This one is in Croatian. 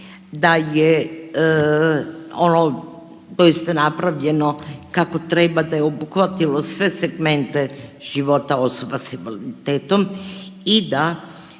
da je ono doista napravljeno kako treba, da je obuhvatilo sve segmente života osoba s invaliditetom i da